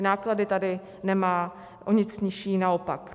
Náklady tady nemá o nic nižší, naopak.